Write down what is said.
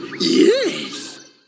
Yes